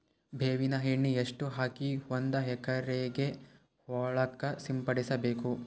ಬೇವಿನ ಎಣ್ಣೆ ಎಷ್ಟು ಹಾಕಿ ಒಂದ ಎಕರೆಗೆ ಹೊಳಕ್ಕ ಸಿಂಪಡಸಬೇಕು?